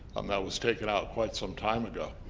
um that was taken out quite some time ago.